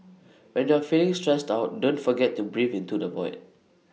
when you are feeling stressed out don't forget to breathe into the void